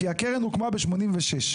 כי הקרן הוקמה ב-1986.